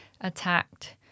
attacked